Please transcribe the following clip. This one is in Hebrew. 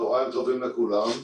צהריים טובים לכולם.